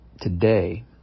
today